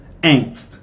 angst